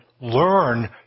learn